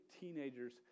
teenagers